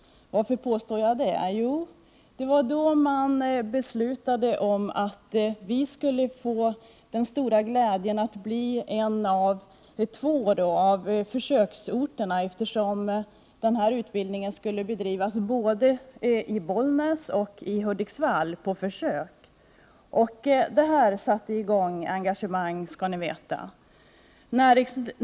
Varför påstår jag det? Jo, det var då man beslutade om att vi skulle få den stora glädjen att ha två av försöksorterna — ingenjörsutbildning skulle bedrivas på försök både i Bollnäs och i Hudiksvall. Det satte i gång engagemang, skall ni veta.